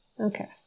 Okay